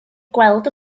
gweld